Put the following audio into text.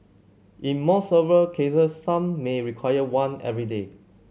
in more severe cases some may require one every day